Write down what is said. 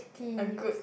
a good